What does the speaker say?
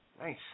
Nice